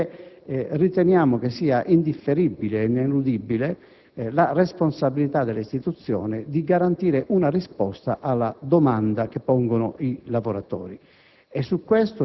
proprio perché riteniamo che sia indifferibile ed ineludibile la responsabilità delle istituzioni di garantire una risposta alla domanda che pongono i lavoratori.